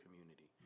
community